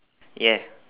ya